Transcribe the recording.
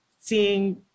seeing